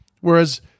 Whereas